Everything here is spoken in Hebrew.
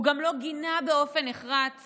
הוא גם לא גינה באופן נחרץ